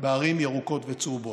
בערים ירוקות וצהובות.